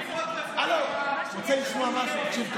למה מבנה נטוש לא צריך לשלם ארנונה?